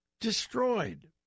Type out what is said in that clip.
destroyed